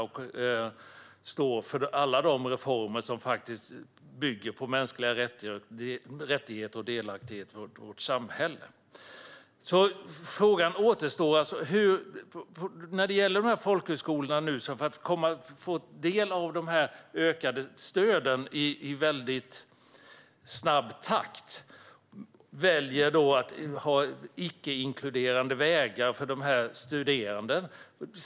Vi står upp för alla reformer som bygger på mänskliga rättigheter och delaktighet i vårt samhälle. Frågan kvarstår. Ser inte ministern att det blir ett problem att genomföra det när folkhögskolorna, för att få del av de ökade stöden i snabb takt, väljer icke inkluderande vägar för de här studerande?